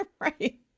Right